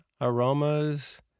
aromas